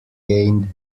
gained